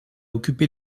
occupé